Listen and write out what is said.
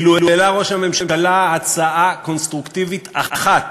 אילו העלה ראש הממשלה הצעה קונסטרוקטיבית אחת